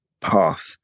Path